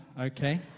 okay